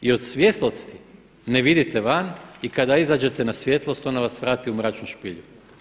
I od svjetlosti ne vidite van i kada izađete na svjetlost ona vas vrati u mračnu špilju.